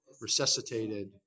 resuscitated